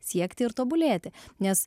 siekti ir tobulėti nes